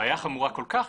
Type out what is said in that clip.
הבעיה חמורה כל כך,